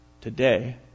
today